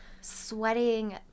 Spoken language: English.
Sweating